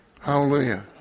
Hallelujah